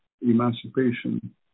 emancipation